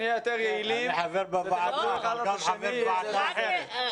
אני חבר בוועדה אבל גם חבר בוועדה אחרת.